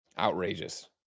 Outrageous